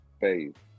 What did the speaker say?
Faith